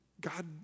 God